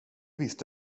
visst